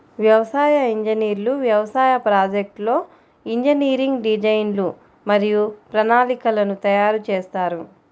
వ్యవసాయ ఇంజనీర్లు వ్యవసాయ ప్రాజెక్ట్లో ఇంజనీరింగ్ డిజైన్లు మరియు ప్రణాళికలను తయారు చేస్తారు